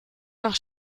nach